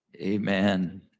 Amen